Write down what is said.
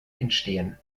entstehen